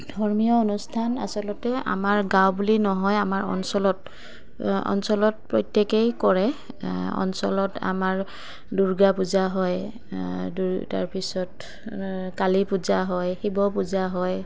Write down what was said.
ধৰ্মীয় অনুষ্ঠান আচলতে আমাৰ গাঁও বুলি নহয় আমাৰ অঞ্চলত অঞ্চলত প্ৰত্যেকেই কৰে অঞ্চলত আমাৰ দুৰ্গা পূজা হয় তাৰ পিছত কালী পূজা হয় শিৱ পূজা হয়